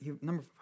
number